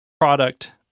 product